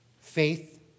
Faith